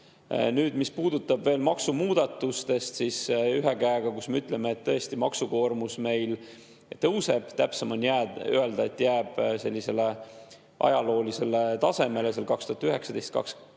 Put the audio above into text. Nüüd, mis puudutab veel maksumuudatusi, siis ühelt poolt me ütleme, et tõesti, maksukoormus meil tõuseb, täpsem on öelda, et jääb sellisele ajaloolisele tasemele, 2019.–2020.